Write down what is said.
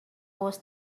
was